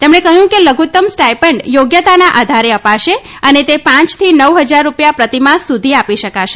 તેમણે કહ્યું કે લધુત્તમ સ્ટાઈપેન્ડ ચોગ્યતાના આધારે અપાશે અને તે પાંયથી નવ હજાર રૂપિયા પ્રતિમાસ સુધી આપી શકાશે